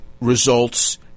results